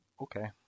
Okay